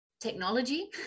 technology